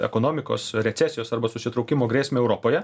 ekonomikos recesijos arba susitraukimo grėsmę europoje